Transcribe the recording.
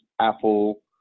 Apple